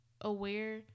aware